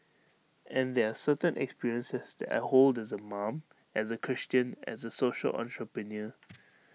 and there are certain experiences that I hold as A mom as A Christian as A social entrepreneur